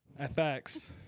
FX